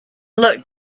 looked